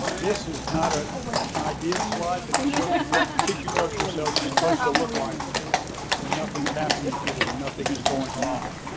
this is not ah an an ideal slide, but it shows what tissue culture cells is supposed to look like when nothing's happening to them, nothing is going wrong.